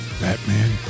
Batman